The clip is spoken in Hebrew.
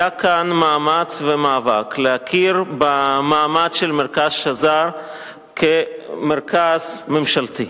היה כאן מאמץ ומאבק להכיר במאמץ של מרכז שזר כמרכז ממשלתי.